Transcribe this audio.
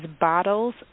bottles